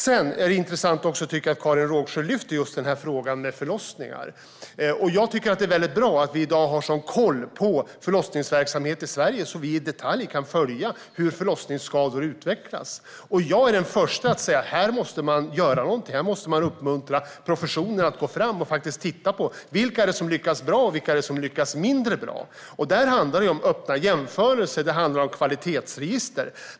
Sedan är det intressant att Karin Rågsjö lyfter fram frågan om förlossningar. Jag tycker att det är väldigt bra att vi i dag har sådan koll på förlossningsverksamheten i Sverige att vi i detalj kan följa hur förlossningsskador utvecklas. Jag är den förste att säga: Här måste man göra någonting. Här måste man uppmuntra professionen att gå fram och titta på vilka det är som lyckas bra och vilka det är som lyckas mindre bra. Där handlar det om öppna jämförelser och kvalitetsregister.